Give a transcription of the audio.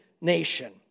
nation